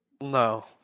No